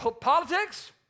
politics